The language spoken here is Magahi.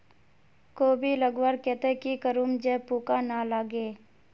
कोबी लगवार केते की करूम जे पूका ना लागे?